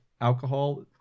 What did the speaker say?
alcohol